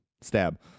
stab